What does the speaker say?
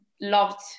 loved